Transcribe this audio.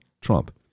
Trump